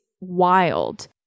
wild